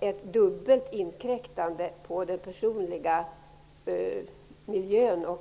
ett dubbelt inkräktande på den personliga sfären.